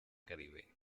caribe